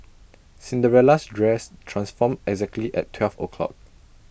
Cinderella's dress transformed exactly at twelve o' clock